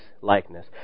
likeness